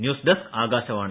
news desk Akashvani